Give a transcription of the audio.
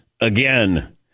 Again